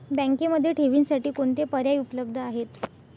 बँकेमध्ये ठेवींसाठी कोणते पर्याय उपलब्ध आहेत?